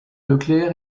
leclerc